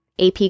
AP